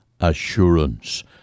assurance